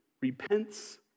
repents